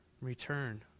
return